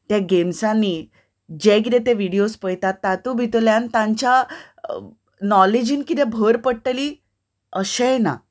त्या गेम्सांनी जे कितें ते विडियोस पळयतात तातूंत भितरल्यान तांच्या नोलेजीन कितें भर पडटली अशेंय ना